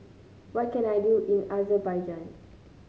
what can I do in Azerbaijan